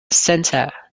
center